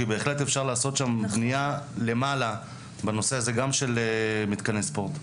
כי בהחלט אפשר לעשות שם בנייה למעלה בנושא הזה של מתקני ספורט.